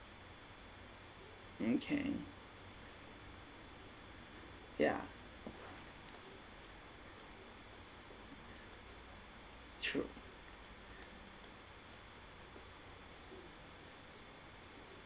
okay yeah true